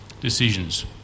decisions